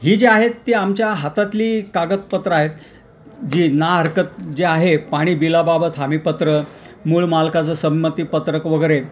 ही जी आहेत ती आमच्या हातातली कागदपत्र आहेत जी ना हरकत जी आहे पाणी बिलाबाबत हमीपत्र मूळ मालकाचं संमतीपत्रक वगैरे